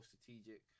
strategic